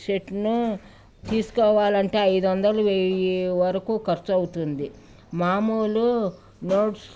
సెట్ను తీసుకోవాలంటే ఐదు వందలు వెయ్యి వరకు ఖర్చవుతుంది మామూలు నోట్స్